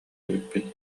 эбиппин